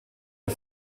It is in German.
der